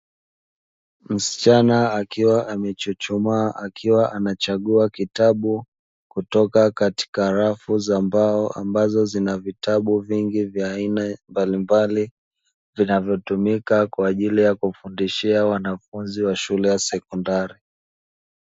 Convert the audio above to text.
Msichana akiwa amechuchumaa akiwa anachagua kitabu, kutoka katika rafu za mbao, ambazo zina vitabu vingi vya aina mbalimbali , vinavyotumika kwa ajili ya kufundishia wanafunzi wa shule ya sekondari.